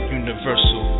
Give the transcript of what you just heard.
universal